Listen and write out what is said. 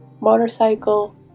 motorcycle